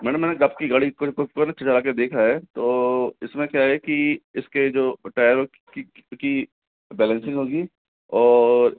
madam मैं न आपकी गाड़ी को चला कर देखा है तो इसमें क्या है की इसके जो टायरों की की बैलेंसिंग होगी और